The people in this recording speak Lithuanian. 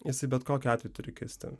jisai bet kokiu atveju turi kisti